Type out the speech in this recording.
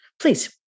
Please